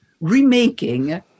remaking